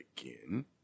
Again